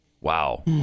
Wow